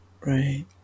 right